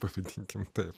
pasitikime taip